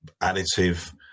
additive